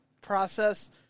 process